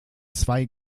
zwei